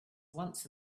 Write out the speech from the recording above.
once